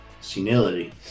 senility